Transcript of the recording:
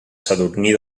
sadurní